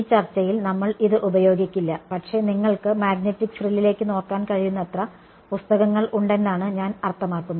ഈ ചർച്ചയിൽ നമ്മൾ ഇത് ഉപയോഗിക്കില്ല പക്ഷേ നിങ്ങൾക്ക് മാഗ്നെറ്റിക് ഫ്രില്ലിലേക്ക് നോക്കാൻ കഴിയുന്നത്ര പുസ്തകങ്ങൾ ഉണ്ടെന്നാണ് ഞാൻ അർത്ഥമാക്കുന്നത്